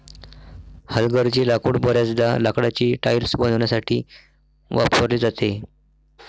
हलगर्जी लाकूड बर्याचदा लाकडाची टाइल्स बनवण्यासाठी वापरली जाते